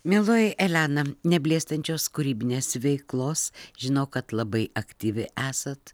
mieloji elena neblėstančios kūrybinės veiklos žinau kad labai aktyvi esat